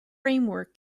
like